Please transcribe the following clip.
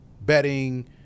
betting